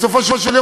בסופו של יום,